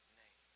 name